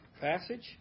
Passage